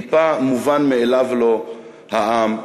טיפה מובן מאליו לו העם,